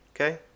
Okay